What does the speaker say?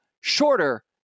shorter